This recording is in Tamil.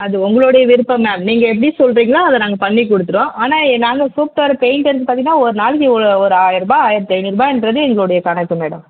அது உங்களோடைய விருப்பம் தான் நீங்கள் எப்படி சொல்லுறீங்களோ அதை நாங்க பண்ணி கொடுத்துருவோம் ஆனால் நாங்கள் கூப்பிட்டு வர பெயிண்டர்க்கு பார்த்தீங்கன்னா ஒரு நாளைக்கு இவ்வளோ ஒரு ஆயரூபா ஆயரத்து ஐநூறுபான்றது எங்களோடைய கணக்கு மேடம்